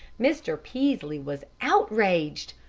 mr. peaslee was outraged.